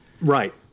Right